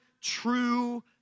true